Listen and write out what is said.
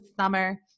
summer